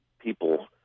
people